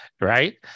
Right